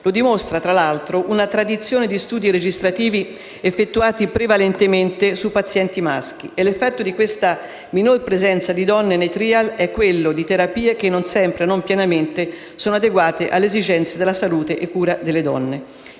Lo dimostra, fra l'altro, una tradizione di studi registrativi effettuati prevalentemente su pazienti maschi e l'effetto di questa minore presenza di donne nei *trial* è quello di terapie che non sempre e non pienamente sono adeguate alle esigenze della salute e cura delle donne.